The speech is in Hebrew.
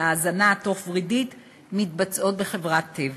ההזנה התוך-ורידית מתבצעות בחברת "טבע".